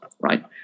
right